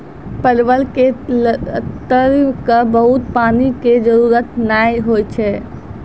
परवल के लत क बहुत पानी के जरूरत नाय होय छै